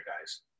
guys